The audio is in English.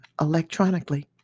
electronically